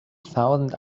thousand